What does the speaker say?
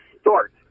start